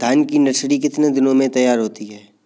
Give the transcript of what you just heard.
धान की नर्सरी कितने दिनों में तैयार होती है?